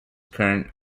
current